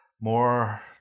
more